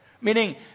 Meaning